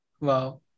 Wow